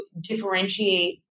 differentiate